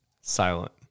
silent